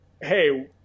hey